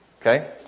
okay